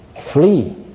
Flee